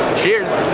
cheers!